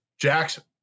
Jackson